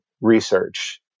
research